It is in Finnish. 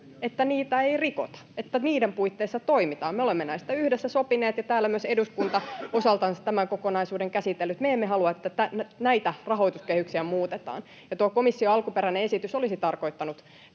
Ihan eri asia!] että niiden puitteissa toimitaan. Me olemme näistä yhdessä sopineet, ja täällä myös eduskunta on osaltansa tämän kokonaisuuden käsitellyt. Me emme halua, että näitä rahoituskehyksiä muutetaan. [Kai Mykkäsen välihuuto] Tuo komission alkuperäinen esitys olisi tarkoittanut